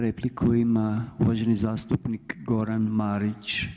Repliku ima uvaženi zastupnik Goran Marić.